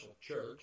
church